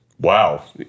Wow